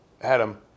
Adam